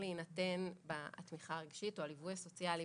אבל התמיכה הרגשית או הליווי הסוציאלי,